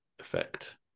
effect